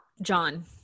John